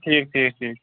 ٹھٖک تھیٖک ٹھیٖک